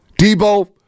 Debo